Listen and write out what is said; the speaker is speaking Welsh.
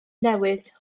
newydd